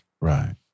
Right